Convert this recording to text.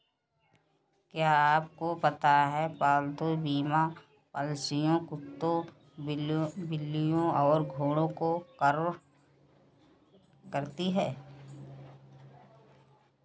क्या आपको पता है पालतू बीमा पॉलिसियां कुत्तों, बिल्लियों और घोड़ों को कवर करती हैं?